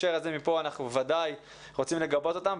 ובהקשר הזה מפה אנחנו בוודאי רוצים לגבות אותם,